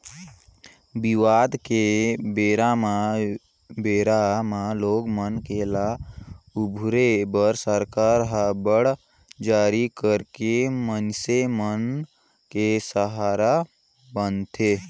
बिबदा के बेरा म बेरा म लोग मन के ल उबारे बर सरकार ह बांड जारी करके मइनसे मन के सहारा बनथे